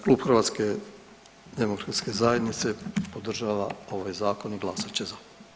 Klub HDZ-a podržava ovaj zakon i glasat će za.